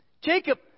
Jacob